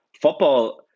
Football